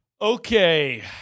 Okay